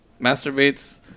masturbates